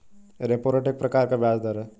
repo rate एक प्रकार का ब्याज़ दर है